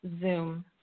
Zoom